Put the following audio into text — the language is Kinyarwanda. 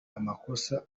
amakosa